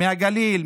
מהגליל,